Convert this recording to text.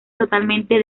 totalmente